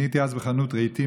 אני הייתי אז בחנות רהיטים,